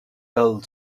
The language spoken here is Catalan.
del